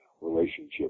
relationship